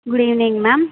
good evening ma'am